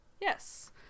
Yes